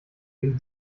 den